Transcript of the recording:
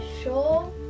sure